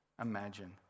imagine